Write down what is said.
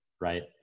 right